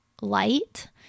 light